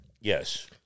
yes